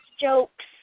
jokes